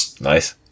Nice